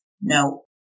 No